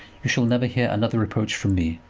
you shall never hear another reproach from me.